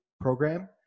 program